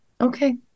okay